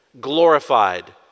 Glorified